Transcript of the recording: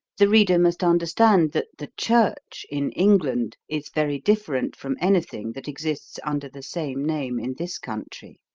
the reader must understand that the church, in england, is very different from any thing that exists under the same name in this country.